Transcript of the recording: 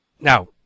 Now